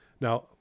Now